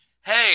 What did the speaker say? hey